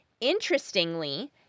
Interestingly